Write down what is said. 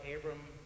Abram